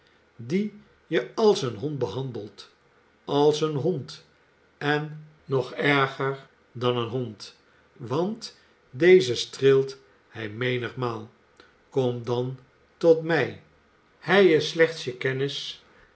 die je als een hond behandelt als een hond en nog erger dan een hond want dezen streelt hij menigmaal kom dan tot mij hij is slechts je kennis